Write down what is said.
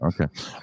Okay